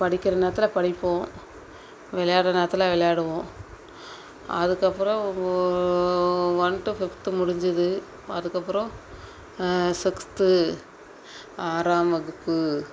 படிக்கிற நேரத்தில் படிப்போம் விளையாடுற நேரத்தில் விளையாடுவோம் அதுக்கப்புறம் ஓ ஒன் டு ஃபிஃப்த்து முடிஞ்சுது அதுக்கப்புறம் சிக்ஸ்த்து ஆறாம் வகுப்பு